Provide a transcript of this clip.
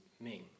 Ming